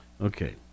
Okay